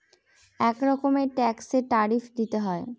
এক রকমের ট্যাক্সে ট্যারিফ দিতে হয়